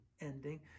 ending